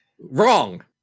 Wrong